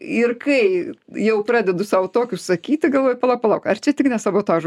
ir kai jau pradedu sau tokius sakyti galvoju palauk palauk ar čia tik ne sabotažu